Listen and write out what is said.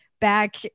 back